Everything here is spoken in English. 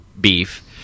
beef